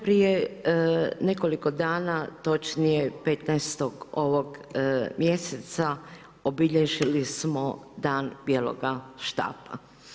Prije nekoliko dana, točnije 15. ovog mjeseca, obilježili smo dan bijeloga štapa.